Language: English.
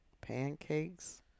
Pancakes